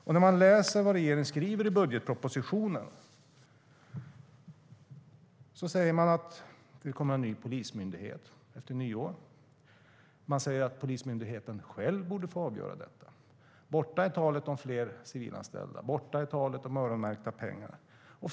Det som regeringen skriver i budgetpropositionen är att det ska inrättas en polismyndighet efter nyår. Man säger vidare att polismyndigheten själv borde få avgöra detta. Borta är talet om fler civilanställda. Borta är talet om öronmärkta pengar.